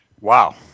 Wow